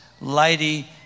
lady